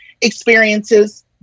experiences